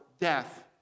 death